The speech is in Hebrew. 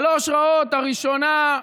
שלוש רעות: הראשונה,